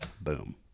Boom